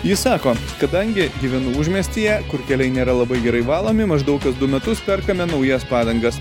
ji sako kadangi gyvenu užmiestyje kur keliai nėra labai gerai valomi maždaug kas du metus perkame naujas padangas